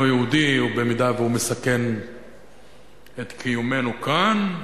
יהודי במידה שהוא מסכן את קיומנו כאן.